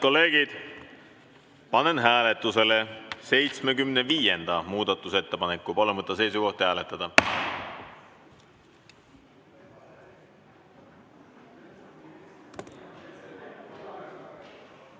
panen hääletusele 75. muudatusettepaneku. Palun võtta seisukoht ja hääletada!